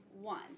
One